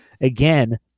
again